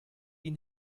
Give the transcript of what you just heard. ihn